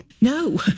no